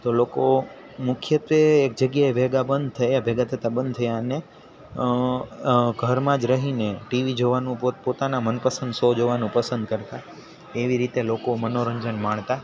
તો લોકો મુખ્યત્વે એક જગ્યાએ ભેગા બંધ થયા ભેગા થતા બંધ થયા અને ઘરમાં જ રહીને ટીવી જોવાનું પોત પોતાના મનપસંદ શો જોવાનું પસંદ કરતા એવી રીતે લોકો મનોરંજન માણતા